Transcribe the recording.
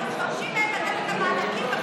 אתם גם מבקשים מהם לתת את המענקים בחזרה.